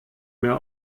mehr